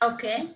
Okay